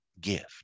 gift